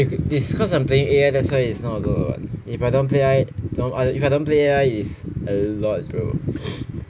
if is cause I'm playing A_I that's why it's not a lot [what] if I don't play I if I don't play A_I it's a lot bro